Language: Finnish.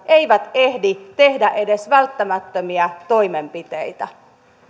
eivät ehdi tehdä edes välttämättömiä toimenpiteitä